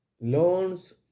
loans